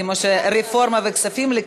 זה אומר ששוב היא עוברת לוועדת הכנסת